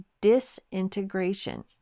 disintegration